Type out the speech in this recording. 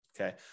okay